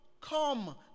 Come